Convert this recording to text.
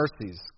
mercies